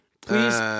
Please